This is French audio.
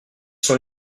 sont